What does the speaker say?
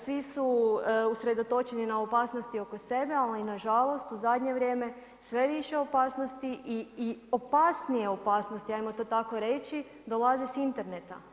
Svi su usredotočeni na opasnosti oko sebe, ali na žalost u zadnje vrijeme sve je više opasnosti i opasnije opasnosti, ajmo to tako reći, dolaze sa interneta.